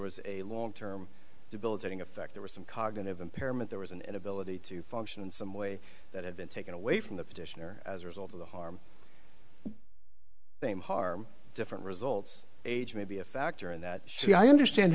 was a long term debilitating effect there was some cognitive impairment there was an inability to function in some way that had been taken away from the petitioner as a result of the harm same harm different results age may be a factor in that she i understand